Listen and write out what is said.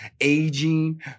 aging